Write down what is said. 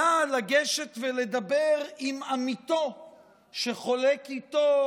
היה לגשת ולדבר עם עמיתו שחולק איתו